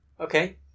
Okay